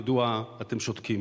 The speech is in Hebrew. מדוע אתם שותקים,